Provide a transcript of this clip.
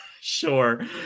sure